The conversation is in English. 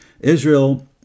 Israel